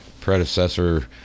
predecessor